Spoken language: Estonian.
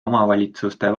omavalitsuste